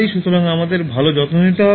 সুতরাং আমাদের ভাল যত্ন নিতে হবে